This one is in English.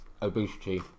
obesity